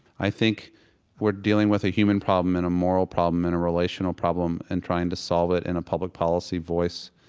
i think we're dealing with a human problem and a moral problem and a relational problem and trying solve it in a public policy voice.